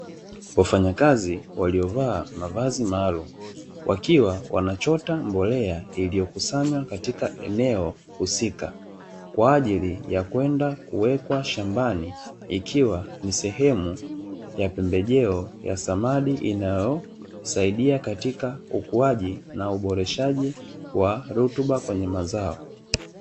Wafanyakazi waliovaa mavazi maalumu, wakiwa wanachota mbolea iliyokusanywa katika eneo husika kwa ajili ya kwenda kuwekwa shambani, ikiwa ni sehemu ya pembejeo ya samadi inayosaidia katika ukuaji, na uboreshaji wa rutuba kwenye mazao.